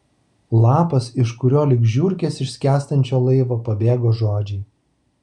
lapas iš kurio lyg žiurkės iš skęstančio laivo pabėgo žodžiai